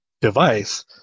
device